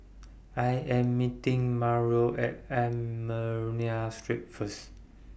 I Am meeting Mauro At Armenian Street First